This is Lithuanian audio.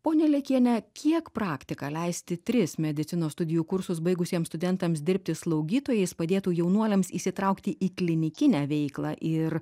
ponia liekiene kiek praktika leisti tris medicinos studijų kursus baigusiems studentams dirbti slaugytojais padėtų jaunuoliams įsitraukti į klinikinę veiklą ir